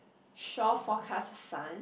shore forecast sun